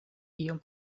iom